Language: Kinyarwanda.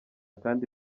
kandi